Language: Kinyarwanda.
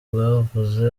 bwavuze